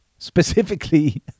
Specifically